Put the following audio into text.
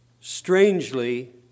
Strangely